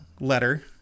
letter